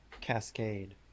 cascade